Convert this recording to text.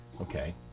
Okay